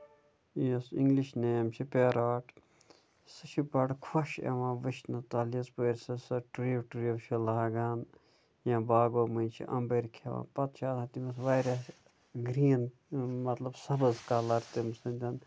یُس English name چھُ parrot سُہ چھُ بَڈٕ خۄش یِوان وُچھنہٕ تلہٕ یُس پٲرسس ٹُرِیو ٹُرِیو چھُ لاگان یا باغو مٔنٛزۍ چھِ اَمبٕرۍ کھیٚوان پَتہٕ چھُ آسان تٔمِس واریاہ گریٖن مطلب سَبٕز کَلر تٔمۍ سٔنٛدیٚن